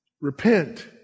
Repent